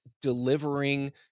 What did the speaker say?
delivering